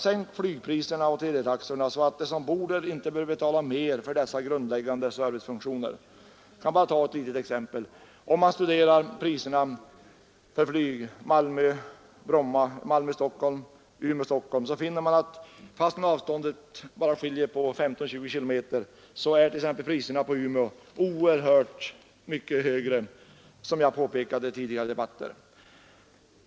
Sänk flygpriserna och teletaxorna så att de som bor där inte behöver betala mer för dessa grundläggande servicefunktioner. Jag kan ge ett litet exempel. Om man studerar priserna för flygresor mellan Malmö—Stockholm och Umeå—Stockholm, finner man att fastän avstånden bara skiljer 15—20 kilometer är priset för en flygresa Umeå—Stockholm oerhört mycket högre än för Malmö—Stockholm, vilket jag påpekat i tidigare debatter.